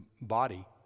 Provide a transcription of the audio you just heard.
body